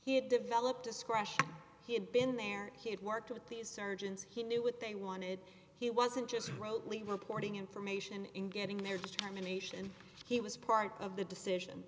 he had developed discretion he had been there he had worked with these surgeons he knew what they wanted he wasn't just wrote lee reporting information in getting their determination he was part of the decision